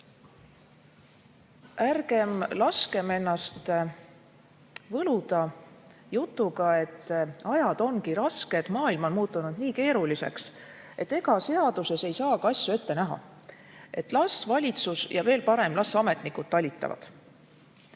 Ärgem laskem ennast võluda jutuga, et ajad on rasked, maailm on muutunud nii keeruliseks; et ega seaduses ei saagi asju ette näha; et las valitsus, ja veel parem, ametnikud talitavad.